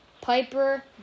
Piper